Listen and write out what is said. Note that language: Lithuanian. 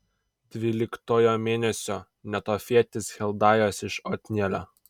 dvyliktojo mėnesio netofietis heldajas iš otnielio